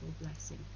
blessing